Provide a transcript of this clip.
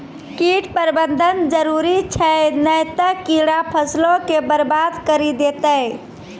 कीट प्रबंधन जरुरी छै नै त कीड़ा फसलो के बरबाद करि देतै